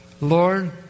Lord